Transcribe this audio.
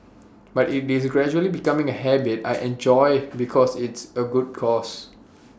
but it's gradually become A habit I enjoy because it's A good cause